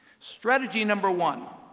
strategy number one,